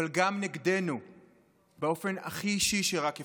אבל גם נגדנו באופן הכי אישי שרק אפשר.